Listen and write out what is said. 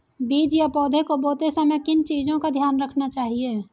बीज या पौधे को बोते समय किन चीज़ों का ध्यान रखना चाहिए?